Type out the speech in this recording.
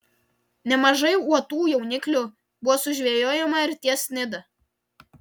nemažai uotų jauniklių buvo sužvejojama ir ties nida